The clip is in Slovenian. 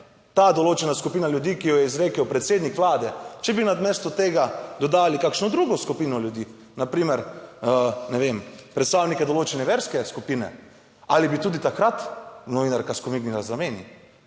ta določena skupina, ljudi, ki jo je izrekel predsednik vlade, če bi namesto tega dodali kakšno drugo skupino ljudi, na primer, ne vem, predstavnike določene verske skupine ali bi tudi takrat novinarka skomignila za meni,